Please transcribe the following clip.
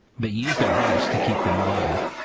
but use their arts to keep them alive.